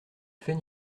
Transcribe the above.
fait